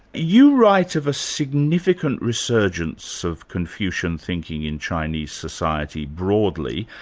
you write of a significant resurgence of confucian thinking in chinese society, broadly,